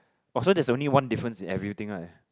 oh so there's only one difference in everything right